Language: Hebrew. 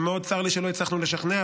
מאוד צר לי שלא הצלחנו לשכנע,